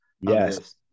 Yes